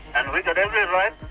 and we've got every right